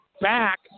back